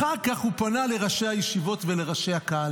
אחר כך הוא פנה לראשי הישיבות ולראשי הקהל,